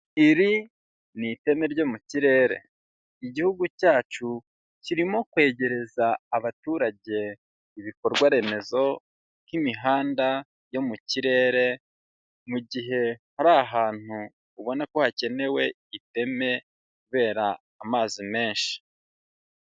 Iri ni iteme ryo mu kirere, igihugu cyacu kirimo kwegereza abaturage ibikorwa remezo nk'imihanda yo mu kirere, mu gihe hari ahantu ubona ko hakenewe iteme kubera amazi menshi.